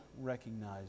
recognize